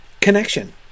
connection